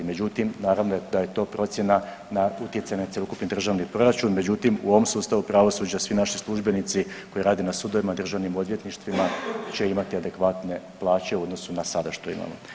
Međutim, naravno da je to procjena utjecaj na cjelokupni državni proračun međutim u ovom sustavu pravosuđa svi naši službenici koji rade na sudovima, državnim odvjetništvima će imati adekvatne plaće u odnosu na sada što imamo.